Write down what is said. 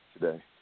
today